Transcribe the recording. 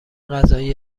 غذای